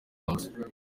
house